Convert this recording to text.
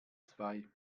zwei